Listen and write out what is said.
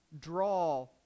draw